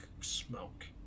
smoke